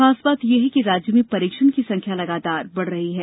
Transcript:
खास बात यह है कि राज्य में परीक्षण की संख्या लगातार बढ़ रही है